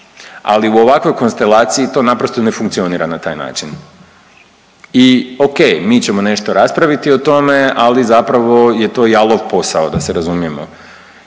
ali u ovakvoj konstelaciji to naprosto ne funkcionira na taj način. I o.k. Mi ćemo nešto raspraviti o tome, ali zapravo je to jalov posao da se razumijemo,